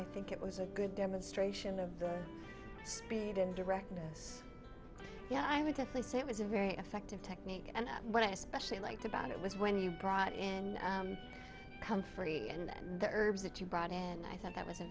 i think it was a good demonstration of the speed and directness yeah i would say it was a very effective technique and what i especially liked about it was when you brought in comfrey and the herbs that you brought in and i thought that was a